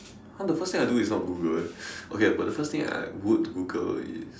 !huh! the first thing I do is not Google eh okay but the first thing I would Google is